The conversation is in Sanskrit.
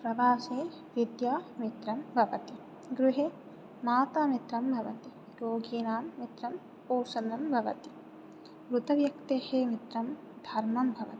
प्रवासे विद्या मित्रं भवति गृहे माता मित्रं भवति रोगिनां मित्रम् औषधं भवति मृतव्यक्तेः मित्रं धर्मं भवति